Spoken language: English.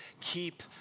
keep